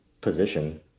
position